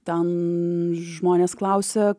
ten žmonės klausia